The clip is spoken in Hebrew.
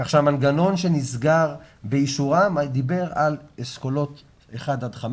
כך שהמנגנון שנסגר באישורם דיבר על אשכולות 1-5,